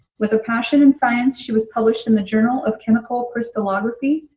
with a passion in science, she was published in the journal of chemical crystallography.